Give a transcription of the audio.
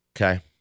Okay